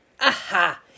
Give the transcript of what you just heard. Aha